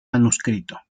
manuscrito